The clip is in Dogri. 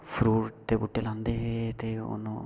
फरूट दे बूह्टे लांदे हे ते हून ओह्